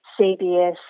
CBS